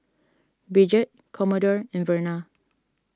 Bridget Commodore and Verna